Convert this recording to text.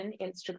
Instagram